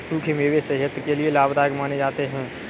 सुखे मेवे सेहत के लिये लाभदायक माने जाते है